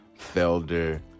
Felder